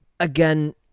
Again